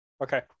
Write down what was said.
okay